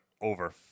over